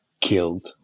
killed